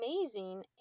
amazing